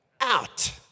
out